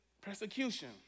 persecution